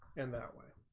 in that way